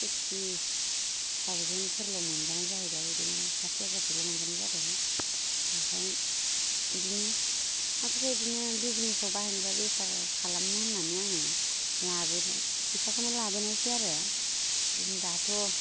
sixty टाउजेण्डफोरल' मोनबोनाय जाहैबाय बिदिनो साथि हाजारसोल' मोनबोनाय जादों ओमफ्राय बिदिनो माखासे बिदिनो बिजिनेसआव बाहायनो बा बेपार खालामनो होननानै आङो लाबोनाय फैसाखौनो लाबोनायसै आरो बिदिनो दाथ'